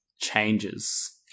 changes